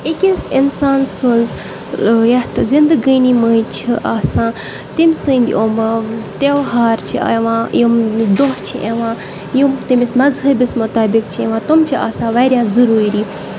أکِس اِنسان سٕنٛز یَتھ زندگٲنی منٛز چھِ آسان تٔمۍ سٕنٛدۍ أم تہوار چھِ یِوان اِم دۄہ چھِ یِوان یِم تٔمِس مَذہَبس مطٲبق چھِ یِوان تٕم چھِ آسان واریاہ ضٔروٗری